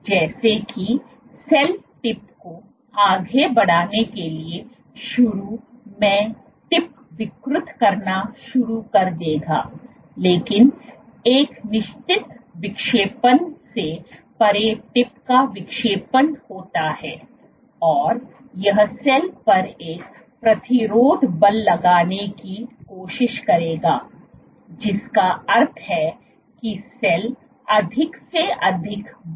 तो जैसे कि सेल टिप को आगे बढ़ाने के लिए शुरू में टिप विकृत करना शुरू कर देगा लेकिन एक निश्चित विक्षेपण से परे टिप का विक्षेपण होता है और यह सेल पर एक प्रतिरोध बल लगाने की कोशिश करेगा जिसका अर्थ है कि सेल अधिक से अधिक बल के अधीन है